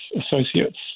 associates